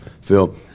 Phil